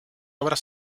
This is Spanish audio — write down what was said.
obras